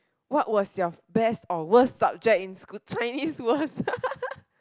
what was your best or worst subject in school Chinese worst